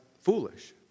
foolish